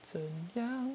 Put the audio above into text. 怎样